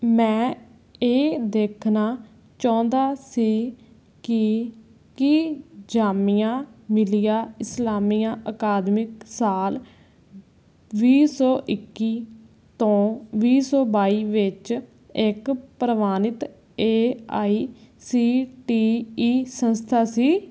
ਮੈਂ ਇਹ ਦੇਖਣਾ ਚਾਹੁੰਦਾ ਸੀ ਕਿ ਕੀ ਜਾਮੀਆ ਮਿਲੀਆ ਇਸਲਾਮੀਆ ਅਕਾਦਮਿਕ ਸਾਲ ਵੀਹ ਸੌ ਇੱਕੀ ਤੋਂ ਵੀਹ ਸੌ ਬਾਈ ਵਿੱਚ ਇੱਕ ਪ੍ਰਵਾਨਿਤ A I C T E ਸੰਸਥਾ ਸੀ